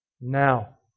Now